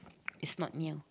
is not near